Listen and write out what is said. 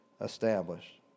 established